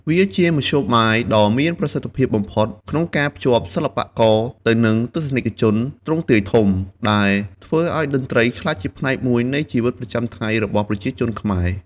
វាជាមធ្យោបាយដ៏មានប្រសិទ្ធភាពបំផុតក្នុងការភ្ជាប់សិល្បករទៅនឹងទស្សនិកជនទ្រង់ទ្រាយធំ ដែលធ្វើឲ្យតន្ត្រីក្លាយជាផ្នែកមួយនៃជីវិតប្រចាំថ្ងៃរបស់ប្រជាជនខ្មែរ។